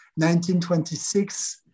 1926